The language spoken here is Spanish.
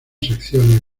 secciones